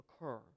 occur